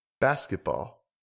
Basketball